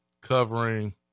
covering